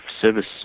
service